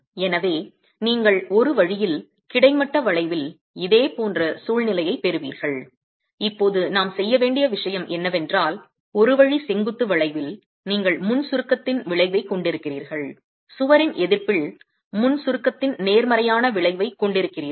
எனவே நீங்கள் ஒரு வழியில் கிடைமட்ட வளைவில் இதேபோன்ற சூழ்நிலையைப் பெறுவீர்கள் இப்போது நாம் செய்ய வேண்டிய விஷயம் என்னவென்றால் ஒரு வழி செங்குத்து வளைவில் நீங்கள் முன் சுருக்கத்தின் விளைவைக் கொண்டிருக்கிறீர்கள் சுவரின் எதிர்ப்பில் முன் சுருக்கத்தின் நேர்மறையான விளைவைக் கொண்டிருக்கிறீர்கள்